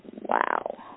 Wow